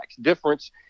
difference